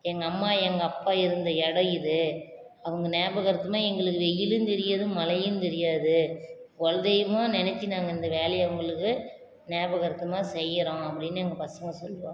எங்கள் அம்மா எங்கள் அப்பா இருந்த இடம் இது அவங்க நியாபகர்த்தமாக எங்களுக்கு வெயிலும் தெரியாது மழையும் தெரியாது குலதெய்வமாக நினச்சி நாங்கள் இந்த வேலையை அவங்களுக்கு நியாபகர்த்தமாக செய்யறோம் அப்படின்னு எங்கள் பசங்க சொல்லுவாங்க